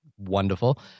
wonderful